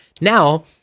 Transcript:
Now